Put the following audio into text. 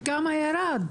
ובכמה ירד?